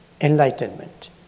enlightenment